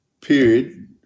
period